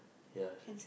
ya